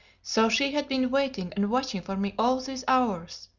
so she had been waiting and watching for me all these hours!